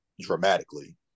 dramatically